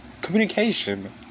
Communication